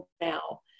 now